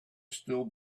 still